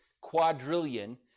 quadrillion